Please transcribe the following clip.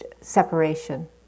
separation